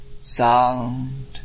sound